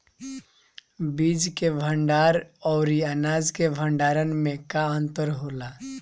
बीज के भंडार औरी अनाज के भंडारन में का अंतर होला?